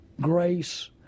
grace